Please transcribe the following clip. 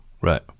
Right